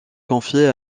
confiée